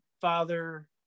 father